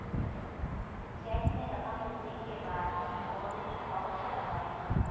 check में रकम लिखने के बाद ओन्ली अवश्य लगाएँ